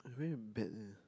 I very bad leh